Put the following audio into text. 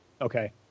Okay